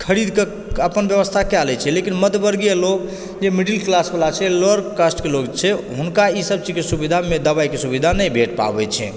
खरीद कऽ अपन ब्यबस्था कए लै छै लेकिन मध्यम वर्गीय लोग जे मिडिल क्लास बला छै लोवर कास्ट के लोग छै हुनका ई सभ चीज के सुबिधामे दबाइ के नहि भेट पाबै छै